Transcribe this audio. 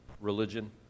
religion